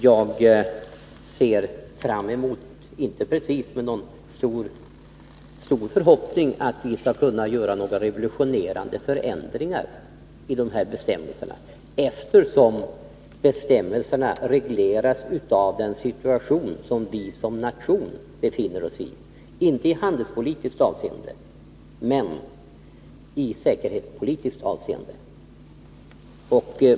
Jag ser dock inte precis med någon stor förhoppning fram mot att vi skall kunna göra några revolutionerande förändringar av dessa betämmelser, eftersom de regleras av den situation som vi såsom nation befinner oss i — inte i handelspolitiskt avseende men i säkerhetspolitiskt avseende.